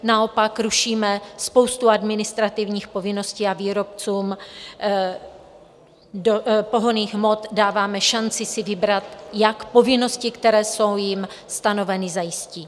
Naopak rušíme spoustu administrativních povinností a výrobcům pohonných hmot dáváme šanci si vybrat, jak povinnosti, které jsou jim stanoveny, zajistí.